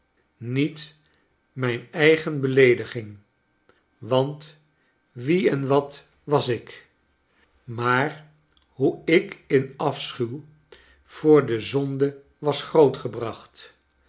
niet mijn eigen beleediging want wie en wat was ik maar hoe ik in afschur voor de zonde was grootgebracht